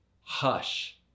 hush